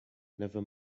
never